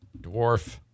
Dwarf